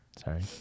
sorry